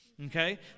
Okay